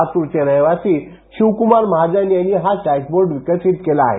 लातूरचे रहिवासी शिवक्मार महाजन यांनी हा डॅशबोर्ड विकसित केला आहे